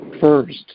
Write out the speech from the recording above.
first